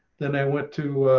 then i went to